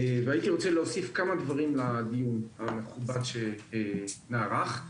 הייתי רוצה להוסיף כמה דברים לדיון המכובד שנערך כאן.